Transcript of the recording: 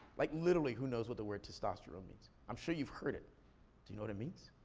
like literally who knows what the word testosterone means? i'm sure you've heard it. do you know what it means?